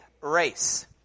race